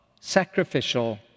Sacrificial